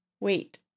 Wait